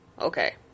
okay